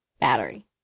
Battery